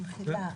במחילה,